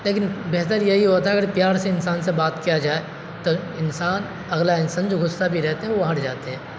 لیکن بہتر یہی ہوتا ہے اگر پیار سے انسان سے بات کیا جائے تو انسان اگلا انسان جو غصہ بھی رہتے ہیں وہ ہٹ جاتے ہیں